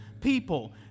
people